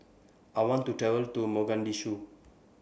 I want to travel to Mogadishu